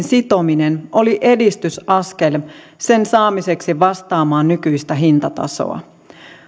sitominen oli edistysaskel sen saamiseksi vastaamaan nykyistä hintatasoa